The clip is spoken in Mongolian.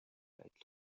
адил